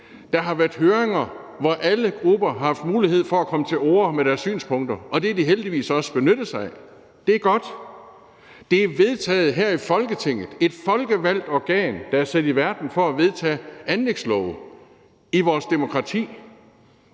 Der har været høringer, hvor alle grupper har haft mulighed for at komme til orde med deres synspunkter, og det har de heldigvis også benyttet sig af. Det er godt. Det er vedtaget her i Folketinget – et folkevalgt organ, der er sat i verden for at vedtage anlægslove i vores demokrati.